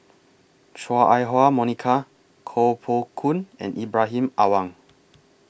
Chua Ah Huwa Monica Koh Poh Koon and Ibrahim Awang